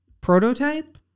prototype